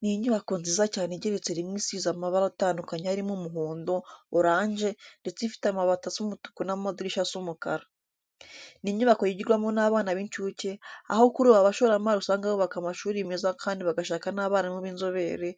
Ni inyubako nziza cyane igeretse rimwe isize amabara atandukanye arimo umuhondo, oranje ndetse ifite amabati asa umutuku n'amadirishya asa umukara. Ni inyubako yigirwamo n'abana b'incuke, aho kuri ubu abashoramari usanga bubaka amashuri meza kandi bagashaka n'abarimu b'inzobere,